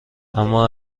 اما